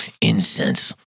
Incense